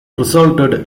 resulted